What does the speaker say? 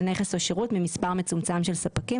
נכס או שירות ממספר מצומצם של ספקים.